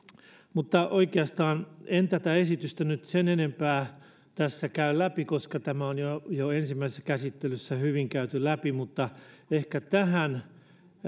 oikeastaan en tätä esitystä nyt sen enempää tässä käy läpi koska tämä on jo ensimmäisessä käsittelyssä hyvin käyty läpi mutta ehkä tähän